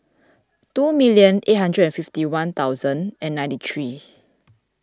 two million eight hundred and fifty one thousand and ninety three